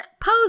Pose